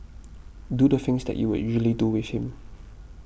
do the things that you would usually do with him